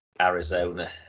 Arizona